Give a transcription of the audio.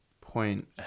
point